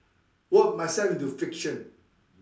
work myself into friction